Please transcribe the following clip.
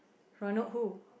Ronald who